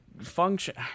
Function